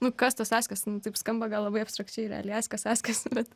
nu kas tas askas nu taip skamba gal labai abstrakčiai realiai askas askas bet